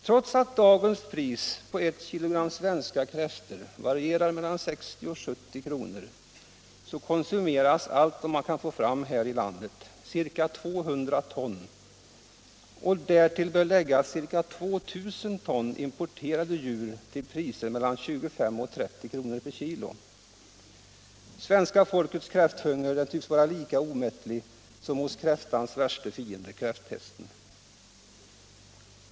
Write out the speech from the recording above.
Trots att dagens pris på ett kilogram svenska kräftor varierar mellan 60 och 70 kr. konsumeras allt vad man kan få fram här i landet — ca 200 ton — och därtill bör läggas ca 2 000 ton importerade djur till priser mellan 25 och 30 kr. per kilogram. Svenska folkets kräfthunger tycks vara lika omättlig som hungern hos kräftans värsta fiende — kräftpesten.